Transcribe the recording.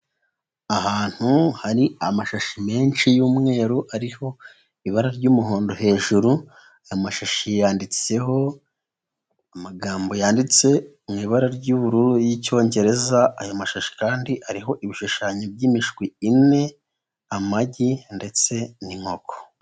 Ahantu hari amashashi menshi y'umweru ariho ibara ry'umuhondo hejuru, amashi yanditseho amagambo yanditse mu ibara ry'ubururu y'Icyongereza, aya mashusho kandi ariho ibishushanyo by'imishwi ine, amagi ndetse n'inkoko.